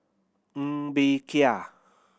Ng Bee Kia